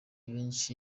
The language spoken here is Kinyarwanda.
benshi